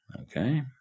Okay